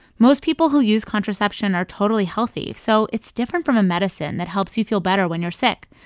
most people who use contraception are totally healthy, so it's different from a medicine that helps you feel better when you're sick.